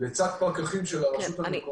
לצד פקחים של הרשות המקומית.